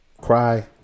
Cry